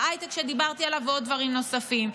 ההייטק שדיברתי עליו ועוד דברים נוספים.